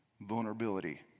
vulnerability